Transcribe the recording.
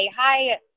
hi